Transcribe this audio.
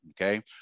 Okay